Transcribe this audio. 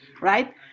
right